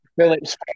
Phillips